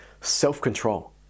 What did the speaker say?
self-control